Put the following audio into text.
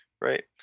right